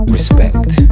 Respect